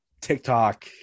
TikTok